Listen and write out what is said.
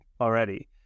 already